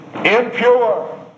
impure